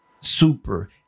super